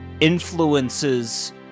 influences